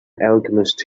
alchemist